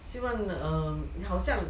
surrender or 好像